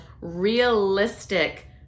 realistic